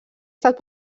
estat